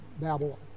Babylon